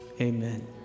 Amen